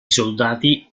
soldati